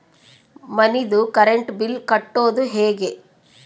ಮನಿದು current bill ಕಟ್ಟೊದು ಹೇಗೆ?